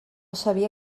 sabia